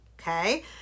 Okay